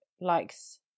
likes